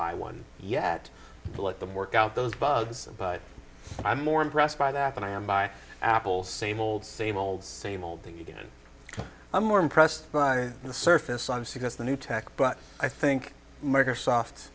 buy one yet pull at them work out those bugs but i'm more impressed by that than i am by apple same old same old same old thing again i'm more impressed by the surface i'm sick of the new tech but i think microsoft